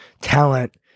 talent